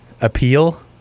appeal